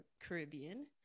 Caribbean